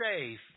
safe